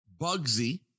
Bugsy